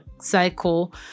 cycle